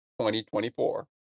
2024